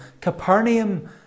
Capernaum